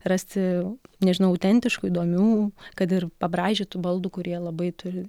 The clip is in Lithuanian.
rasti nežinau autentiškų įdomių kad ir pabraižytų baldų kurie labai turi